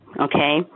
Okay